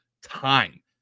Time